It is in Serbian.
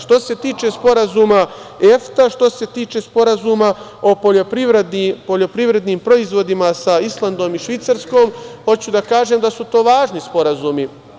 Što se tiče Sporazuma EFTA, što se tiče Sporazuma o poljoprivrednim proizvodima sa Islandom i Švajcarskom, hoću da kažem da su to važni sporazumi.